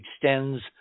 extends